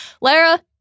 Lara